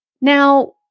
Now